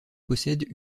possède